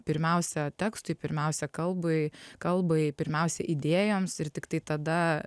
pirmiausia tekstui pirmiausia kalbai kalbai pirmiausia idėjoms ir tiktai tada